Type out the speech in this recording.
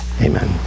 Amen